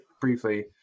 briefly